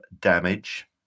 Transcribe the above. damage